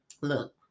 look